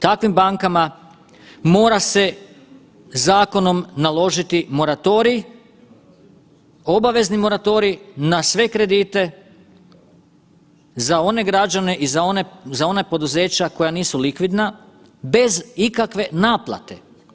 Takvim bankama mora se zakonom naložiti moratorij, obavezni moratorij na sve kredite za one građane i za ona poduzeća koja nisu likvidna bez ikakve naplate.